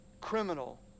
criminal